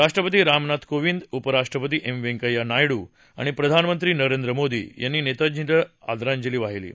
राष्ट्रपती रामनाथ कोविंद उपराष्ट्रपती एम व्यंकय्या नायडू आणि प्रधानमंत्री नरेंद्र मोदी यांनी नेताजींना आदरांजली वाहिली आहे